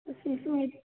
तो फिर इसमें